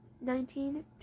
nineteen